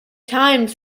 times